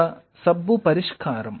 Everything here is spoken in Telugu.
ఒక సబ్బు పరిష్కారం